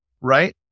Right